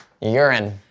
Urine